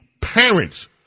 parents